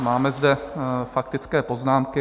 Máme zde faktické poznámky.